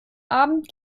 abend